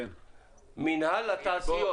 מנהל התעשיות.